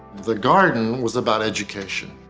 the garden was about education.